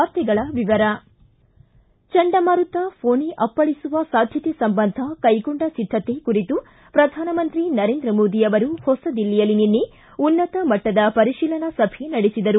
ವಾರ್ತೆಗಳ ವಿವರ ಚಂಡಮಾರುತ ಫೋನಿ ಅಪ್ಪಳಿಸುವ ಸಾಧ್ಯತೆ ಸಂಬಂಧ ಕೈಗೊಂಡ ಸಿದ್ಧತೆ ಕುರಿತು ಪ್ರಧಾನಮಂತ್ರಿ ನರೇಂದ್ರ ಮೋದಿ ಅವರು ಹೊಸದಿಲ್ಲಿಯಲ್ಲಿ ನಿನ್ನೆ ಉನ್ನತಮಟ್ಟದ ಪರೀಶಿಲನಾ ಸಭೆ ನಡೆಸಿದರು